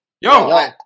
yo